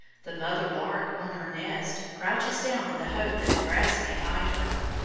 the mother lark, on her nest, crouches down in the hope that the grass may hide her.